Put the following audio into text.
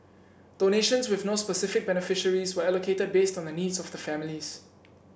donations with no specific beneficiaries were allocated based on the needs of the families